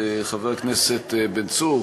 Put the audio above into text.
חבר הכנסת בן צור,